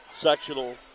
sectional